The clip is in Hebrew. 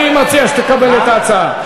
אני מציע שתקבל את ההצעה.